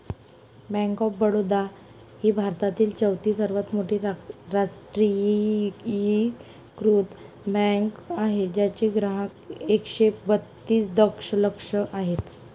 bank of Baroda ही भारतातील चौथी सर्वात मोठी राष्ट्रीयीकृत बँक आहे ज्याचे ग्राहक एकशे बत्तीस दशलक्ष आहेत